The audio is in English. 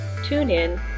TuneIn